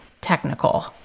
technical